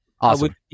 Awesome